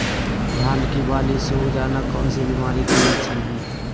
धान की बाली सुख जाना कौन सी बीमारी का लक्षण है?